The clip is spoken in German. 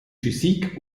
physik